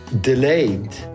delayed